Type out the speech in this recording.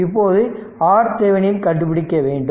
இப்போது RThevenin கண்டுபிடிக்க வேண்டும்